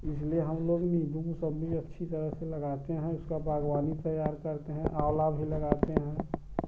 इसलिए हम लोग नीम्बू मौसम्बी अच्छी तरह से लगाते हैं उसका बगवानी तैयार करते हैं आंवला भी लगाते हैं